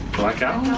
blaque owl?